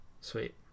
sweet